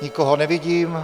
Nikoho nevidím.